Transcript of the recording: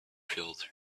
filled